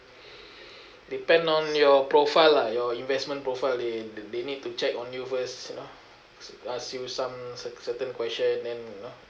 depend on your profile lah your investment profile they they need to check on you first you know ask you some cer~ certain question then you know